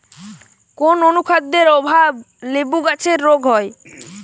কোন অনুখাদ্যের অভাবে লেবু গাছের রোগ হয়?